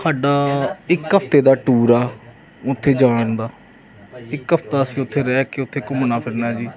ਸਾਡਾ ਇੱਕ ਹਫਤੇ ਦਾ ਟੂਰ ਆ ਉੱਥੇ ਜਾਣ ਦਾ ਇੱਕ ਹਫਤਾ ਅਸੀਂ ਉੱਥੇ ਰਹਿ ਕੇ ਉੱਥੇ ਘੁੰਮਣਾ ਫਿਰਨਾ ਜੀ